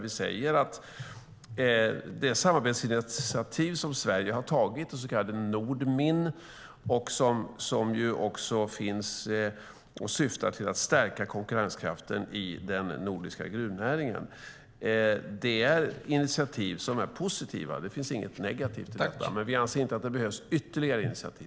Vi säger att det samarbetsinitiativ som Sverige har tagit, det så kallade Nordmin som syftar till att stärka konkurrenskraften i den nordiska gruvnäringen, är positivt. Det finns inget negativt i det, men vi anser inte att det behövs ytterligare initiativ.